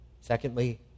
Secondly